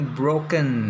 broken